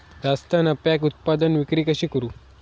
जास्त नफ्याक उत्पादन विक्री कशी करू?